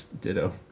Ditto